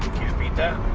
beat that